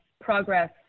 progress